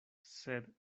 sed